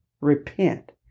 repent